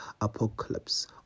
Apocalypse